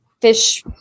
fish